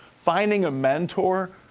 finding a mentor,